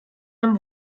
haben